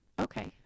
Okay